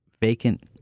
vacant